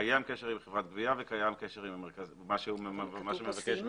קיים קשר עם חברת גבייה וקיים קשר עם המרכז --- אבל היא כבר סיימה.